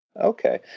Okay